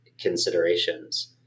considerations